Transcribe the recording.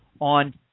on